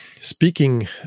speaking